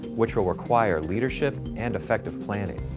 which will require leadership and effective planning.